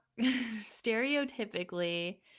Stereotypically